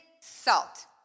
salt